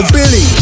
Billy